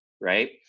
right